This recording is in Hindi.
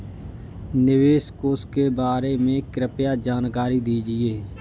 निवेश कोष के बारे में कृपया जानकारी दीजिए